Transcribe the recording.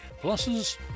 pluses